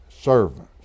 servants